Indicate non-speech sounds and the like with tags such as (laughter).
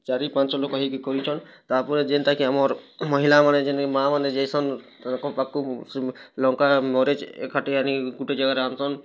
ଚାରି ପାଞ୍ଚ ଲୋକ ହେଇକି କରିଛନ୍ ତାପରେ ଯେନ୍ତା କି ଆମର୍ ମହିଳା ମାନେ ଯେନ୍ ମାଆ ମାନେ ଯାଏସନ୍ (unintelligible) ଲଙ୍କା ମରିଚ ଏକାଠି ଆଣି ଗୁଟେ ଜାଗାରେ ଆନସନ୍